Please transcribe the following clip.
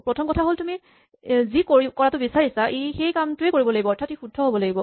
প্ৰথম কথা তুমি যি কৰাটো বিচাৰিছা ই সেইটো কামেই কৰিব লাগিব অৰ্থাৎ ই শুদ্ধ হ'ব লাগিব